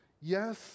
Yes